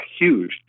huge